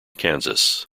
kansas